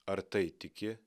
ar tai tiki